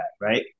Right